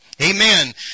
Amen